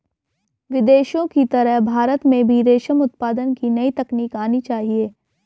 विदेशों की तरह भारत में भी रेशम उत्पादन की नई तकनीक आनी चाहिए